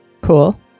Cool